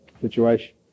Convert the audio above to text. situation